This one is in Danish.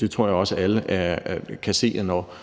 Det tror jeg også alle kan se: Når